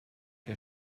que